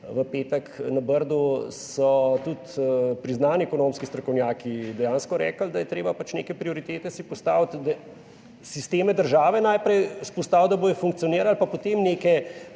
v petek na Brdu, so tudi priznani ekonomski strokovnjaki dejansko rekli, da si je pač treba neke prioritete postaviti, sisteme države najprej vzpostaviti, da bodo funkcionirali, pa potem neke